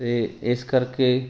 ਅਤੇ ਇਸ ਕਰਕੇ